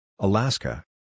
Alaska